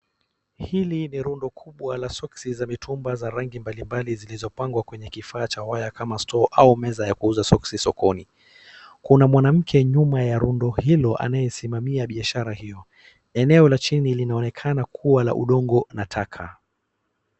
Hili ni rundo kubwa la soksi za mitumba za rangi mbalimbali zilizopangwa kwenye kifaa cha waya kama store au meza ya kuuza soksi sokoni. Kuna mwanamke nyuma ya rundo hilo anayesimamia biashara hiyo. Eneo la chini linaonekana kuwa la udongo na taka.